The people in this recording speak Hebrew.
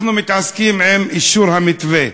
אנחנו מתעסקים עם אישור המתווה,